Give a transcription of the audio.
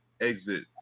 exit